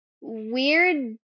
weird